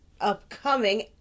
upcoming